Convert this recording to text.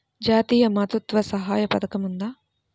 జాతీయ మాతృత్వ సహాయ పథకం ఉందా?